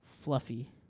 Fluffy